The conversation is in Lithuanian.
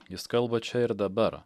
jis kalba čia ir dabar